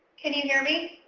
can you hear me?